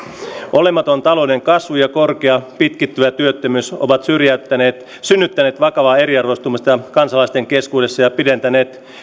olematon talouden kasvu ja korkea pitkittyvä työttömyys ovat synnyttäneet vakavaa eriarvoistumista kansalaisten keskuudessa